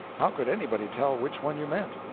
how could anybody tell which one you meant?